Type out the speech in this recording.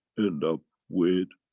end up with,